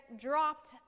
dropped